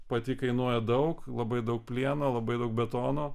pati kainuoja daug labai daug plieno labai daug betono